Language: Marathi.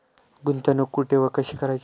गुंतवणूक कुठे व कशी करायची?